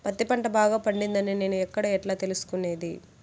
పత్తి పంట బాగా పండిందని నేను ఎక్కడ, ఎట్లా తెలుసుకునేది?